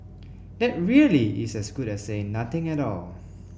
that really is as good as saying nothing at all